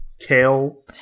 kale